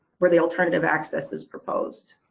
where the alternative access is proposed,